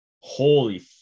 holy